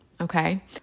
Okay